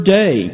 day